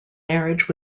marriage